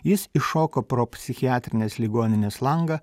jis iššoko pro psichiatrinės ligoninės langą